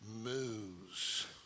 moves